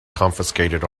confiscated